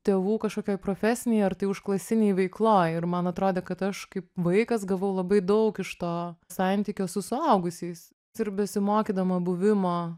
tėvų kažkokioj profesinėj ar tai užklasinėj veikloj ir man atrodė kad aš kaip vaikas gavau labai daug iš to santykio su suaugusiais ir besimokydama buvimo